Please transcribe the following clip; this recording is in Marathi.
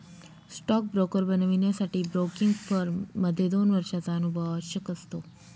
स्टॉक ब्रोकर बनण्यासाठी ब्रोकिंग फर्म मध्ये दोन वर्षांचा अनुभव आवश्यक असतो